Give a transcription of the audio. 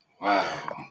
Wow